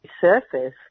surface